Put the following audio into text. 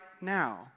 now